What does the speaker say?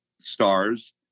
stars